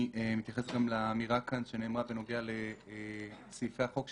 אני מתייחס גם לאמירה שנאמרה כאן בנוגע לסעיפי החוק,